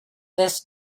this